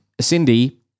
Cindy